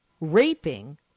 raping